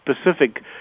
specific